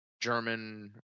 German